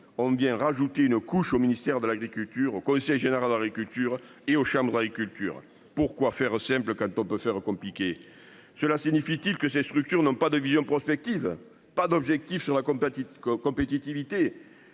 on vient rajouter une couche au ministère de l'Agriculture au conseil général de l'agriculture et au Sham droit et culture. Pourquoi faire simple quand on peut faire compliqué. Cela signifie-t-il que ces structures n'ont pas de vision prospective. Pas d'objectif sur la compatible.